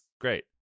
Great